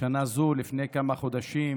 שנה זו, לפני כמה חודשים,